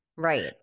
Right